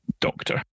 Doctor